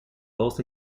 both